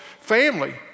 family